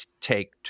take